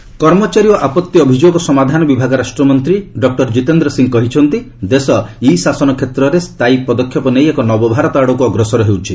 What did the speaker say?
ଜିତେନ୍ଦ୍ର ସିଂ କର୍ମଚାରୀ ଓ ଆପଭି ଅଭିଯୋଗ ସମାଧାନ ବିଭାଗ ରାଷ୍ଟ୍ରମନ୍ତ୍ରୀ ଡଃ ଜିତେନ୍ଦ୍ର ସିଂ କହିଛନ୍ତି ଦେଶ ଇ ଶାସନ କ୍ଷେତ୍ରରେ ସ୍ଥାୟୀ ପଦକ୍ଷେପ ନେଇ ଏକ ନବଭାରତ ଆଡ଼କୁ ଅଗ୍ରସର ହେଉଛି